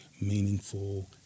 meaningful